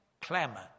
clamor